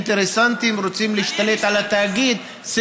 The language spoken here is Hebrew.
אינטרסנטים רוצים להשתלט על התאגיד.